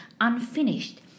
unfinished